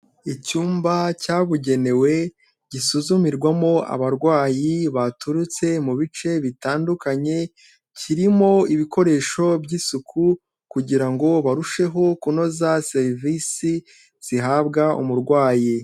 Icyumba cyabugenewe gisuzumirwamo abarwayi baturutse mu bice bitandukanye, kirimo ibikoresho by'isuku kugira ngo barusheho kunoza serivisi zihabwa umurwayi.